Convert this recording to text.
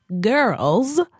Girls